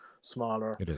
Smaller